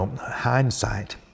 hindsight